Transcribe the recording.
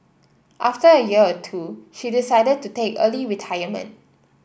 after a year or two she decided to take early retirement